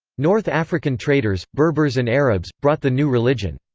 north african traders, berbers and arabs, brought the new religion.